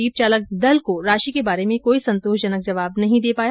jeep चालक दल को राशि के बारे में कोई संतोषजनक जबाव नहीं दे पाया